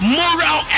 moral